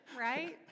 Right